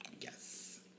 Yes